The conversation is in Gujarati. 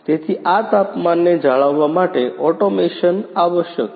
તેથી આ તાપમાનને જાળવવા માટે ઓટોમેશન આવશ્યક છે